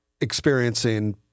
experiencing